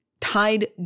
tied